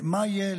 מה יהיה,